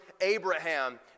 Abraham